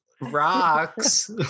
rocks